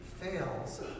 fails